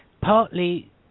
Partly